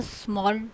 small